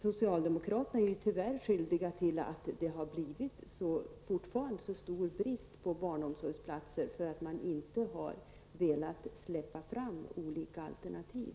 Socialdemokraterna är skyldiga till att det tyvärr fortfarande är så stor brist på barnomsorgsplatser på grund av att man inte velat släppa fram alternativ.